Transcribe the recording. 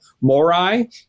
Morai